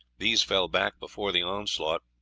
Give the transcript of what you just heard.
these fell back before the onslaught.